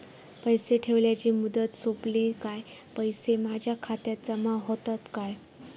पैसे ठेवल्याची मुदत सोपली काय पैसे माझ्या खात्यात जमा होतात काय?